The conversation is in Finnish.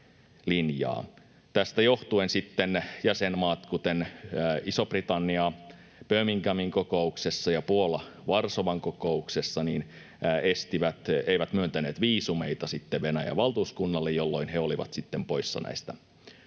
Tästä joh-tuen sitten jäsenmaat, kuten Iso-Britannia Birminghamin kokouksessa ja Puola Varsovan kokouksessa, eivät myöntäneet viisumeita Venäjän valtuuskunnalle, jolloin he olivat sitten poissa näistä kokouksista